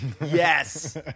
Yes